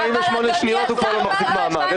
אני יודע שהחוק הזה